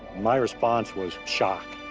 my response was shock.